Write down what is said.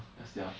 ya sia